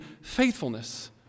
faithfulness